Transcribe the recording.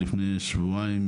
לפני שבועיים,